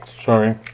Sorry